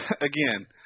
Again